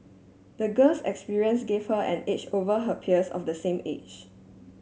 the girl's experiences gave her an edge over her peers of the same age